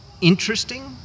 interesting